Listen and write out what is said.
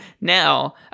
Now